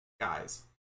guys